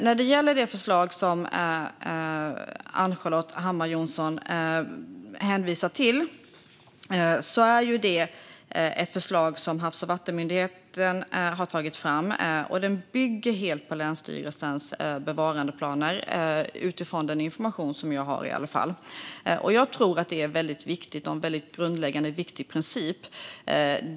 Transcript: När det gäller det förslag som Ann-Charlotte Hammar Johnsson hänvisar till är det ett förslag som Havs och vattenmyndigheten har tagit fram, och det bygger helt på länsstyrelsens bevarandeplaner - i alla fall utifrån den information jag har. Jag tror att det är väldigt viktigt och att det är en grundläggande och viktig princip.